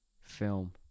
film